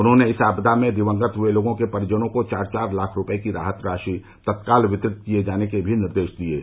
उन्होंने इस आपदा में दिवंगत हए लोगों के परिजनों को चार चार लाख रूपये की राहत राशि तत्काल वितरित किये जाने के निर्देश भी दिये हैं